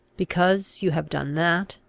because you have done that,